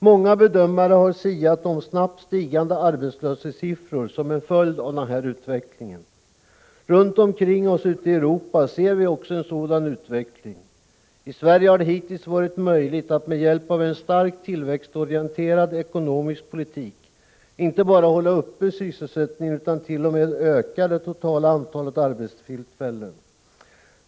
Många bedömare har siat om snabbt stigande arbetslöshetssiffror som en följd av denna utveckling. Runt omkring oss ute i Europa ser vi också en sådan utveckling. I Sverige har det hittills varit möjligt att med hjälp av en starkt tillväxtorienterad ekonomisk politik inte bara hålla sysselsättningen uppe utan t.o.m. öka det totala antalet arbetstillfällen.